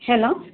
hello